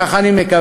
כך אני מקווה,